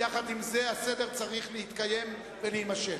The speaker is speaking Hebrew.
עם זה, הסדר צריך להתקיים ולהימשך.